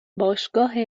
باشگاه